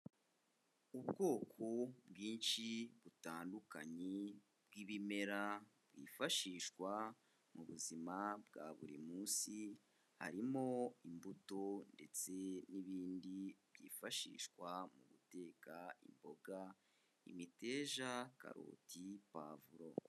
Ubwoko bwinshi butandukanye bw'ibimera byifashishwa mu buzima bwa buri munsi, harimo imbuto ndetse n'ibindi byifashishwa mu guteka, imboga, imiteja, karoti, pavuro.